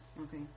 Okay